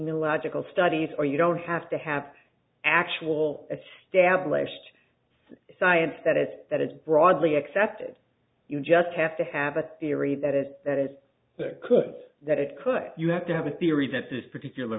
illogical studies or you don't have to have actual stablished science that is that is broadly accepted you just have to have a theory that is that is that could that it could you have to have a theory that this particular